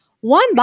One